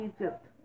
Egypt